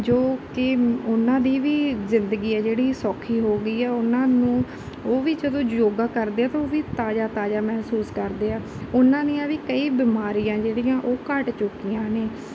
ਜੋ ਕਿ ਉਹਨਾਂ ਦੀ ਵੀ ਜ਼ਿੰਦਗੀ ਹੈ ਜਿਹੜੀ ਸੌਖੀ ਹੋ ਗਈ ਆ ਉਹਨਾਂ ਨੂੰ ਉਹ ਵੀ ਜਦੋਂ ਯੋਗਾ ਕਰਦੇ ਆ ਤਾਂ ਉਹ ਵੀ ਤਾਜ਼ਾ ਤਾਜ਼ਾ ਮਹਿਸੂਸ ਕਰਦੇ ਆ ਉਹਨਾਂ ਦੀਆਂ ਵੀ ਕਈ ਬਿਮਾਰੀਆਂ ਜਿਹੜੀਆਂ ਉਹ ਘੱਟ ਚੁੱਕੀਆਂ ਨੇ